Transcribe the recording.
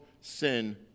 sin